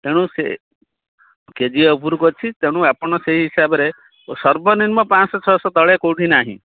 ତେଣୁ ସେ କେଜିଏ ଉପରକୁ ଅଛି ତେଣୁ ଆପଣ ସେହି ହିସାବରେ ସର୍ବନିମ୍ନ ପାଞ୍ଚଶହ ଛଅଶହ ତଳେ କୋଉଠି ନାହିଁ